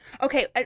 Okay